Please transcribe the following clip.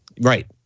Right